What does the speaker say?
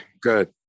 good